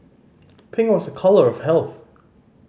pink was a colour of health